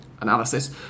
analysis